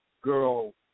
girl